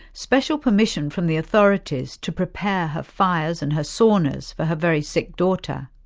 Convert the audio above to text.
special permission from the authorities to prepare her fires and her saunas for her very sick daughter.